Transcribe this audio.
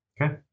Okay